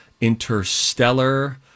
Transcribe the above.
Interstellar